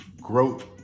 growth